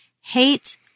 hate